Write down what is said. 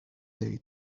day